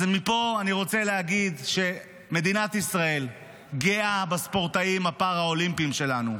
אז מפה אני רוצה להגיד שמדינת ישראל גאה בספורטאים הפאראלימפיים שלנו,